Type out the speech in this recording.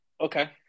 okay